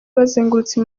bazengurutse